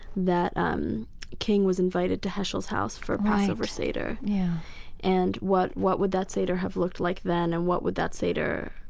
that um king was invited to heschel's house for passover seder and what what would that seder have looked like then and what would that seder,